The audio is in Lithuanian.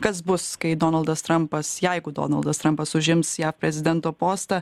kas bus kai donaldas trampas jeigu donaldas trampas užims jav prezidento postą